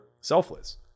selfless